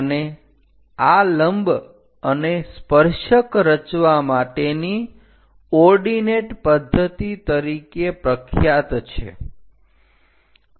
અને આ લંબ અને સ્પર્શક રચવા માટેની ઓર્ડિનેટ પદ્ધતિ તરીકે પ્રખ્યાત છે